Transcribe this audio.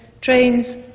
trains